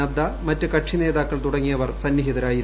നദ്ദ മറ്റ് കക്ഷിനേതാക്കൾ തുടങ്ങയവർ സന്നിഹിതരായിരുന്നു